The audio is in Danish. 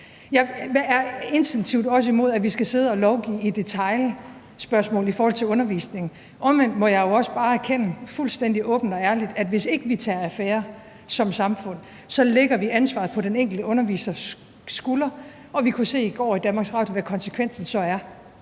Jeg er instinktivt også imod, at vi skal sidde og lovgive i detailspørgsmål i forhold til undervisning. Omvendt må jeg jo også bare erkende fuldstændig åbent og ærligt, at vi, hvis ikke vi tager affære som samfund, så lægger ansvaret på den enkelte undervisers skulder, og vi kunne se i går i Danmarks Radio, hvad konsekvensen så er,